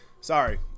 sorry